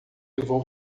vou